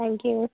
thank you